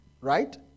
Right